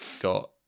got